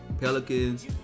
Pelicans